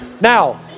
Now